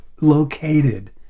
located